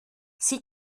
sie